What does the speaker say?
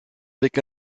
avec